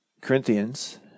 Corinthians